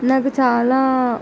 నాకు చాలా